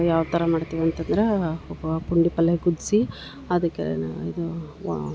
ಯಾವ ಥರ ಮಾಡ್ತಿವಿ ಅಂತಂದ್ರೆ ಪುಂಡಿ ಪಲ್ಲೆ ಕುದಿಸಿ ಅದಕ್ಕೆನ ಇದು ವಾ